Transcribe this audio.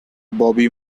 bobby